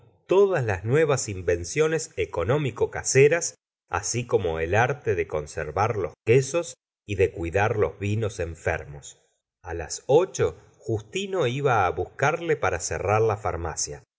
todas las nuevas invenciones económico caseras así como el arte de conservar los quesos y de cuidar los vinos enfermos a los ocho justino iba á buscarle para cerrar la farmacia